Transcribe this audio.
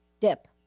dip